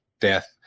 death